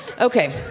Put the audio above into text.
Okay